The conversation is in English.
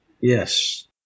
Yes